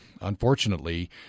unfortunately